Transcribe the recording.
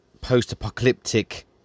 post-apocalyptic